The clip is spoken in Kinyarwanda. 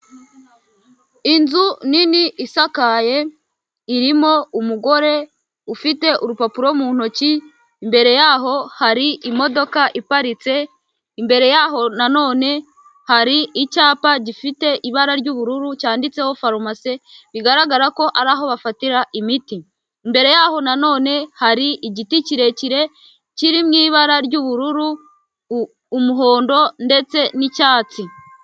Inzu nini isakaye irimo umugore ufite urupapuro mu ntoki, imbere yaho hari imodoka iparitse, imbere yaho nanone hari icyapa gifite ibara ry'ubururu cyanditseho farumasi bigaragara ko ari aho bafatira imiti, imbere yaho na none hari igiti kirekire kiri mu ibara ry'ubururu, umuhondo ndetse n'icyatsi.